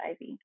IV